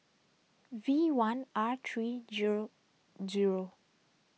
V one R three G O G O